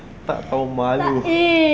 tak tahu malu